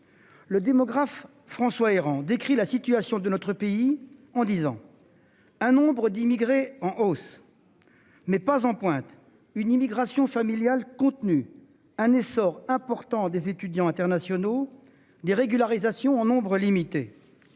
Le démographe. François Héran, décrit la situation de notre pays en disant. Un nombre d'immigrés en hausse. Mais pas en pointe une immigration familiale contenu un essor important des étudiants internationaux des régularisations en nombre limité.